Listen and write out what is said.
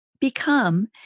become